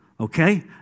Okay